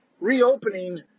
reopening